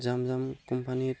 জন জন কোম্পানীত